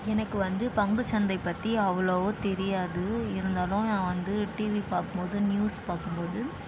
எனக்கு வந்து பங்கு சந்தை பற்றி அவ்வளவு தெரியாது இருந்தாலும் நான் வந்து டிவி பார்க்கும்போது நியூஸ் பார்க்கும்போது